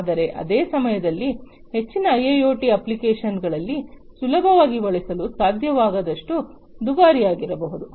ಆದರೆ ಅದೇ ಸಮಯದಲ್ಲಿ ಹೆಚ್ಚಿನ ಐಐಒಟಿ ಅಪ್ಲಿಕೇಶನ್ಗಳಲ್ಲಿ ಸುಲಭವಾಗಿ ಬಳಸಲು ಸಾಧ್ಯವಾಗದಷ್ಟು ದುಬಾರಿಯಾಗಬಾರದು